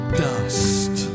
dust